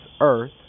Earth